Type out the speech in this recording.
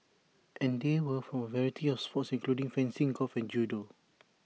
and they were from A variety of sports including fencing golf and judo